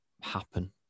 happen